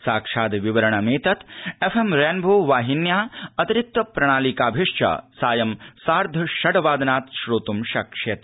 साक्षाद्विवरणमेतत् FM Rainbow वाहिन्या अतिरिक्त प्रणालिकाभिश्च साय सार्ध षड् वादनात् श्रोतु शक्ष्यते